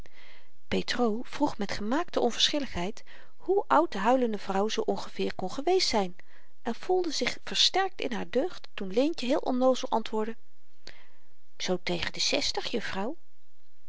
petr vroeg met gemaakte onverschilligheid hoe oud de huilende vrouw zoo ongeveer kon geweest zyn en voelde zich versterkt in haar deugd toen leentje heel onnoozel antwoordde zoo tegen de zestig juffrouw